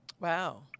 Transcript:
Wow